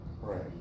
right